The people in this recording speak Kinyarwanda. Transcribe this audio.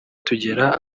tugera